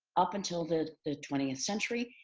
up until the the twentieth century.